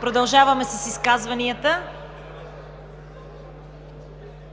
Продължаваме с изказванията.